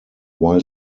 while